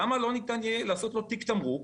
למה לא ניתן יהיה לעשות לו תיק תמרוק